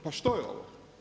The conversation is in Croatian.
Pa što je ovo?